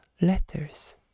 letters